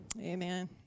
Amen